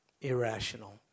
irrational